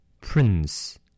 Prince